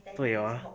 对 ah